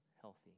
healthy